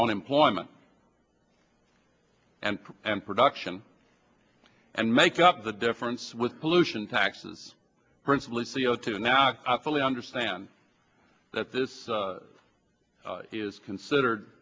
on employment and and production and make up the difference with pollution taxes principally c o two now i fully understand that this is considered